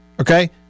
Okay